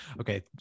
okay